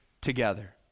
together